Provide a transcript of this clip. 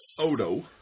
Odo